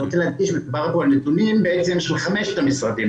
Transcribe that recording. אני רוצה להדגיש שמדובר בנתונים של חמשת המשרדים,